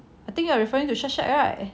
I think you are referring to share share right